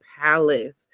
palace